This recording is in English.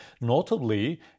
Notably